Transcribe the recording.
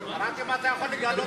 רק אם אתה יכול לגלות לנו,